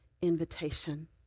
invitation